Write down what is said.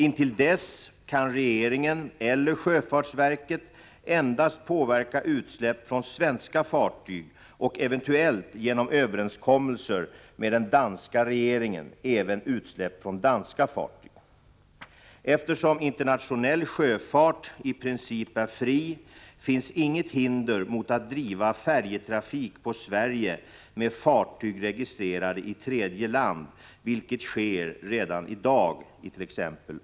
Intill dess kan regeringen eller sjöfartsverket endast påverka utsläpp från svenska fartyg och eventuellt genom överenskommelse med den danska regeringen även utsläpp från danska fartyg. Eftersom internationell sjöfart i princip är fri finns inget hinder mot att driva färjetrafik på Sverige med fartyg registrerade i tredje land, vilket sker redan i dag it.ex.